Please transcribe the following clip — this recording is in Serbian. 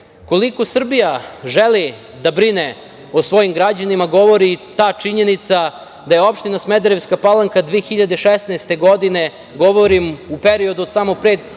mesto. Koliko Srbija želi da brine o svojim građanima govori ta činjenica da je opština Smederevska Palanka 2016. godine, govorim u periodu od samo